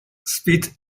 spit